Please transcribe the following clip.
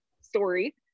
story